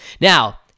Now